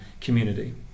community